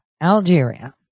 Algeria